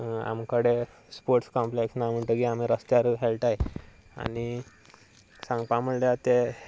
आमचे कडेन sports complex ना म्हणटगीर आमी रस्त्यार खेळटात आनी सांगपा म्हणल्यार ते